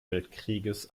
weltkrieges